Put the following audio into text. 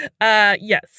Yes